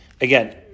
Again